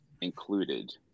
included